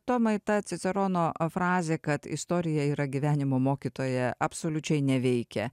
tomai ta cicerono frazė kad istorija yra gyvenimo mokytoja absoliučiai neveikia